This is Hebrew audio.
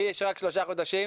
לי יש ניסיון רק שלושה חודשים,